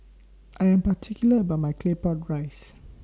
I Am particular about My Claypot Rice